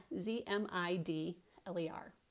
Z-M-I-D-L-E-R